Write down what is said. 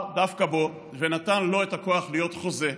דווקא בו ונתן לו את "הכוח להיות חוזה",